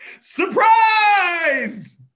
surprise